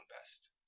best